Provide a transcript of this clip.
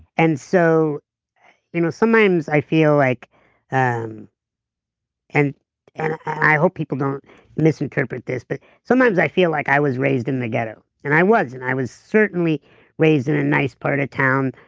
and so you know sometimes i feel like um and and i hope people don't misinterpret this, but sometimes i feel like i was raised in the ghetto and i was. and i was certainly raised in a nice part of town,